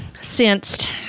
sensed